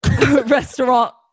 Restaurant